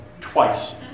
twice